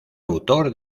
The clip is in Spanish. autor